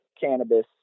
cannabis